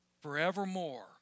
forevermore